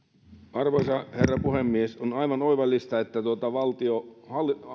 arvoisa herra puhemies on aivan oivallista että